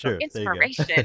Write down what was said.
inspiration